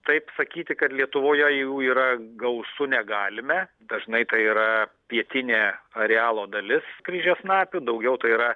taip sakyti kad lietuvoje jų yra gausu negalime dažnai tai yra pietinė arealo dalis kryžiasnapių daugiau tai yra